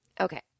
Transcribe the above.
Okay